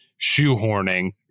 shoehorning